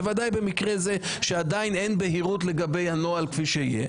בוודאי במקרה זה שעדיין אין בהירות לגבי הנוהל כפי שיהיה,